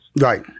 Right